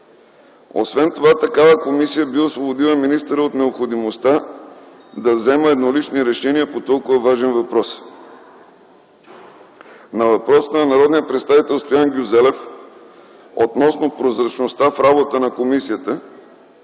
Освен това такава комисия би освободила министъра от необходимостта да взема еднолични решения по толкова важен въпрос. На въпрос на народния представител Стоян Гюзелев относно прозрачността в работата на комисията